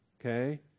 Okay